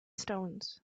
stones